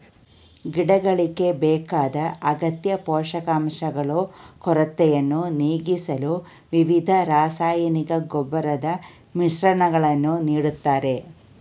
ಗಿಡಗಳಿಗೆ ಬೇಕಾದ ಅಗತ್ಯ ಪೋಷಕಾಂಶಗಳು ಕೊರತೆಯನ್ನು ನೀಗಿಸಲು ವಿವಿಧ ರಾಸಾಯನಿಕ ಗೊಬ್ಬರದ ಮಿಶ್ರಣಗಳನ್ನು ನೀಡ್ತಾರೆ